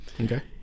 Okay